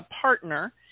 partner